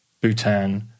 Bhutan